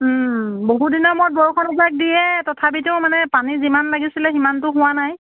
ওম বহুদিনৰ মূৰত বৰষুণ এজাক দিয়ে তথাপিতো মানে পানী যিমান লাগিছিলে সিমানটো হোৱা নাই